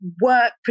work